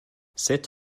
sut